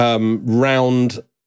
round